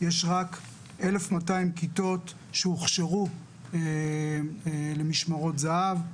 יש רק 1,200 כיתות שהוכשרו למשמרות זה"ב,